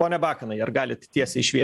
pone bakanai ar galit tiesiai šviesiai